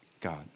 God